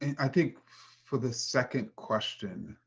i think for the second question,